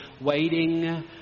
waiting